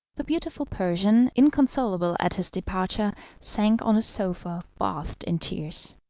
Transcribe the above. the beautiful persian, inconsolable at his departure, sank on a sofa bathed in tears.